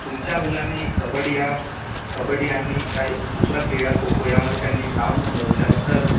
तुमच्या मुलांनी कबड्डी हा कबड्डी आणि काही दुसरा खेळ आहे खो खो यामध्ये त्यांनी नाव नोंदवलेला आहे तर